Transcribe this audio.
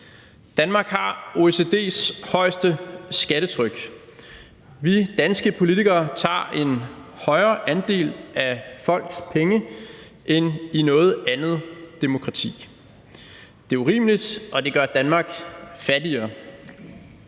Danmark har OECD's højeste skattetryk. Vi danske politikere tager en højere andel af folks penge, end politikere gør i noget andet demokrati. Det er urimeligt, og det gør Danmark fattigere.